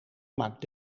maakt